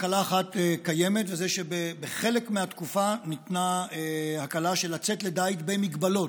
הקלה אחת קיימת בזה שבחלק מהתקופה ניתנה הקלה של לצאת לדיג במגבלות,